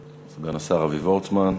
סגן השר אבי וורצמן.